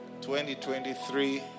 2023